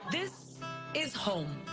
this is home.